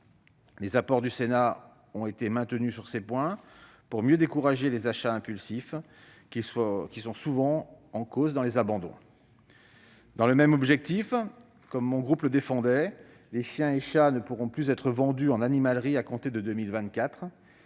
Les apports du Sénat ont été conservés sur ces deux points pour mieux décourager les achats impulsifs, qui sont souvent la cause des abandons. Dans le même objectif, comme mon groupe le défendait, les chiens et les chats ne pourront plus être vendus en animalerie à compter de 2024.